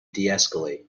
deescalate